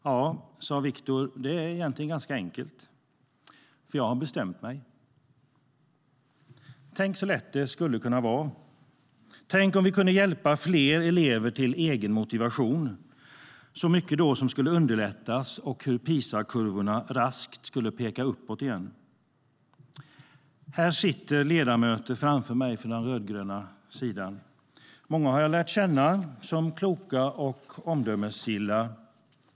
Ja, sa Viktor, det är egentligen ganska enkelt. Jag har bestämt mig. Tänk så lätt det skulle kunna vara! Tänk om vi kunde hjälpa fler elever till egen motivation! Mycket skulle då underlättas, och PISA-kurvorna skulle raskt peka uppåt igen. Här framför mig sitter ledamöter från den rödgröna sidan. Många har jag lärt känna som kloka och omdömesgilla.